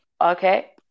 Okay